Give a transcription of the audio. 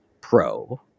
pro